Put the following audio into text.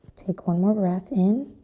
take one more breath in.